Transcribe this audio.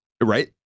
Right